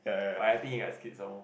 what I think you are kids some more